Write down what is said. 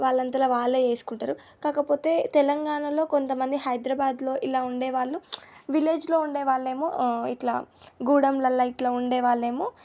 వాళ్లంతట వారే చేసుకుంటారు కాకపోతే తెలంగాణాలో కొంతమంది హైదరాబాద్లో ఇలా ఉండేవాళ్ళు విలేజ్లో ఉండేవాళ్ళేమో ఇట్లా గూడెంలలో ఇట్లా ఉండే వాళ్ళేమో